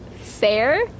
fair